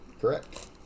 Correct